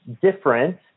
different